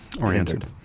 Oriented